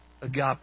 agape